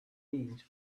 inch